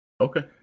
Okay